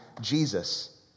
Jesus